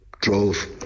drove